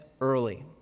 early